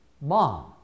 Mom